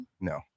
no